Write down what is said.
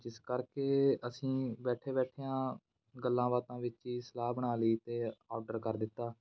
ਜਿਸ ਕਰਕੇ ਅਸੀਂ ਬੈਠੇ ਬੈਠਿਆਂ ਗੱਲਾਂ ਬਾਤਾਂ ਵਿੱਚ ਹੀ ਸਲਾਹ ਬਣਾ ਲਈ ਅਤੇ ਔਡਰ ਕਰ ਦਿੱਤਾ